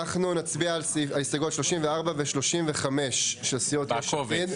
אנחנו נצביע על הסתייגויות 34 ו-35 של סיעת יש עתיד.